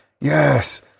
yes